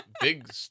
Big